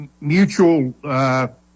mutual